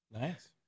nice